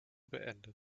beenden